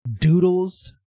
doodles